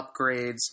upgrades